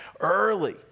early